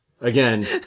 Again